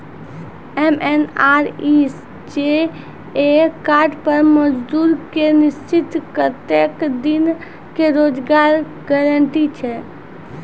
MNREGA card पर मजदुर के निश्चित कत्तेक दिन के रोजगार गारंटी छै?